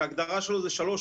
שההגדרה שלו זה שלוש,